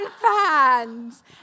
fans